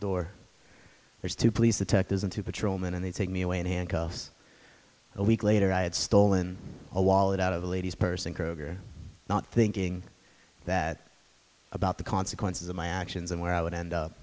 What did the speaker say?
door there's two police detectives and two patrolmen and they take me away in handcuffs a week later i had stolen a wallet out of a lady's purse and kroger not thinking that about the consequences of my actions and where i would end up